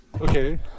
Okay